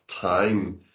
time